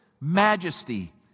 majesty